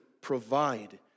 provide